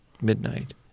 midnight